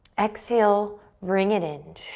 exhale, bring it in,